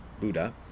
Buddha